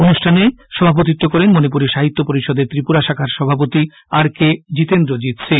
অনুষ্ঠানে সভাপতিত্ব করেন মনিপুরি সাহিত্য পরিষদের ত্রিপুরা শাখার সভাপতি আর কে জিতেন্দ্রজিৎ সিং